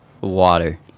Water